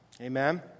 Amen